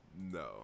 no